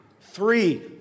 three